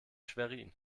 schwerin